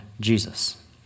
Jesus